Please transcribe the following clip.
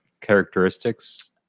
characteristics